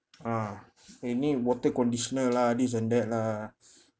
ah they need water conditioner lah this and that lah